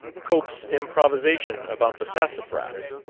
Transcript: cope's improvisation about the sassafras